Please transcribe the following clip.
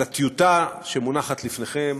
על הטיוטה שמונחת לפניכם,